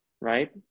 Right